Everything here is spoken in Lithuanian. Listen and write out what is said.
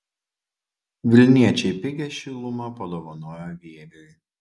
vilniečiai pigią šilumą padovanojo vieviui